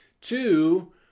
two